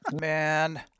man